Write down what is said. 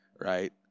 right